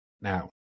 now